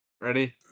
Ready